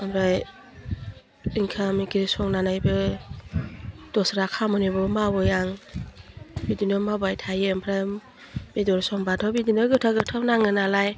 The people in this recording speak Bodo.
ओमफ्राय ओंखाम ओंख्रि संनानैबो दस्रा खामानिबो मावो आं बिदिनो मावबाय थायो ओमफ्राय बेदर संबाथ' बिदिनो गोथाव गोथाव नाङो नालाय